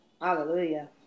Hallelujah